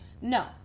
No